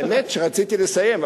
האמת היא שרציתי לסיים,